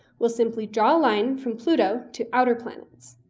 we'll simply draw a line from pluto to outer planets.